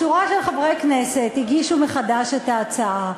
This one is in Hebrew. שורה של חברי כנסת הגישו מחדש את ההצעה,